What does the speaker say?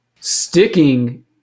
Sticking